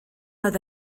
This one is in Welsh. oedd